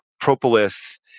propolis